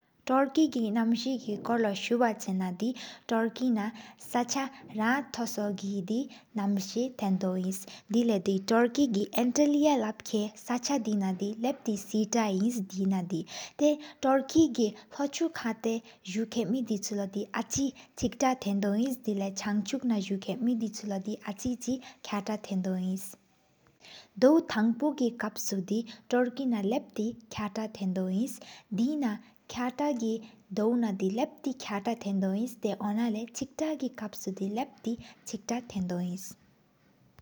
དུས་ཚོད་ཀྱི་མ་མོ་མ་གྲོ་གསར་ལོ་རྨི་ལྔ། གཞིས་པོ་ཁང་རི་གྱི་མེ་ཏོག་ཚོ་བྱི། དེ་ལེ་བྱ་གཞིས་བཞུགས་ཚག་མ་མ་གཞིས་བྱིས་རམ་བྱིས། ལབ་ཚིག་གསེར་ན་ལེས་མ་ཀུན་ཏིག་བ། ཛེ་དགེ་གཞིས་ཚྱོད་གཞིས་བྱིས་ཚ་གཆོད་ཏཱི་མི་མེད་ཆེ་བས། ལོ་ཡིག་དགོངས་གཞིས་བྱི་རི་རུའུ་ཅིག་སྦེ་ལེགས་གཞིས་རམིས་ཡབ། ཁ་ཏཱ་ཐག་མམ་ནས་ཞོགས་འོང་མམ་འཛེམ་ན་བ། ལབ་ལེགས་དབེ་ལྡོག་འགྱུར་བྱ་རི་ཡབ་མཛྫི། ཁ་ཏཱ་མུལ་བྱིས་ ཚོ་བྱི་ཨ་འཁོད་གཞིས་ཚོས་བྱིས་མ་མེད་བྱེ་བ། ལབ་བྱིས་མ་བྲུ་མ་ནས།